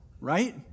right